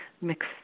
Mix